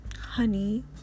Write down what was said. Honey